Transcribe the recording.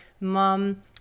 mom